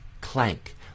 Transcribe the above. clank